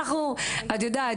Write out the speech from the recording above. את יודעת,